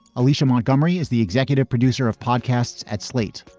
alicia montgomery is the executive producer of podcasts at slate.